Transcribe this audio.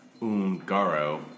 Ungaro